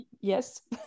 Yes